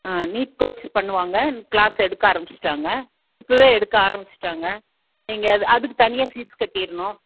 ஆ NEET coaching பண்ணுவாங்க class எடுக்க ஆரம்பிச்சுட்டாங்க இப்போவே எடுக்க ஆரம்பிச்சுட்டாங்க நீங்கள் அது அதுக்கு தனியாக ஃபீஸ் கட்டிரனும்